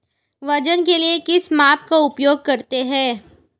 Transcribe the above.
वजन के लिए किस माप का उपयोग करते हैं?